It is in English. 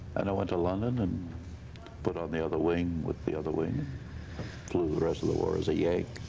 and i went to london and put on the other wing with the other wing, and flew the rest of the war as a yank.